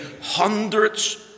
hundreds